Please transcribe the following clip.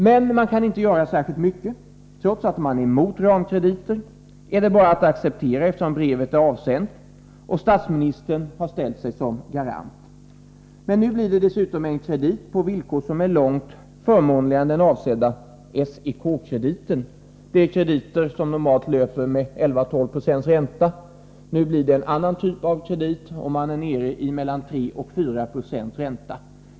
Men man kan inte göra särskilt mycket. Trots att man är emot ramkrediter är det bara att acceptera det hela, eftersom brevet är avsänt och statsministern har ställt sig som garant. Men nu blir det dessutom en kredit på villkor som är långt förmånligare än den avsedda SEK-krediten — en kredit som normalt löper med 11-12 26 ränta. Nu blir det en annan typ av kredit, och man är nere i 34 96 ränta.